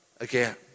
again